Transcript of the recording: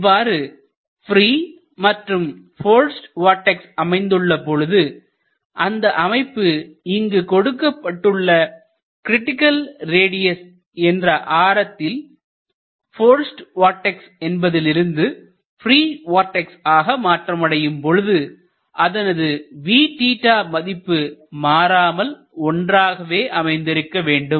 இவ்வாறு ப்ரீ மற்றும் forced vortex அமைந்துள்ள பொழுது அந்த அமைப்பு இங்கு கொடுக்கப்பட்டுள்ள கிரிட்டிக்கல் ரேடியஸ் என்ற ஆரத்தில் போர்ஸ்ட் வார்டெக்ஸ் என்பதிலிருந்து ப்ரீ வார்டெக்ஸ் ஆக மாற்றம் அடையும் பொழுது அதனது மதிப்பு மாறாமல் ஒன்றாகவே அமைந்திருக்க வேண்டும்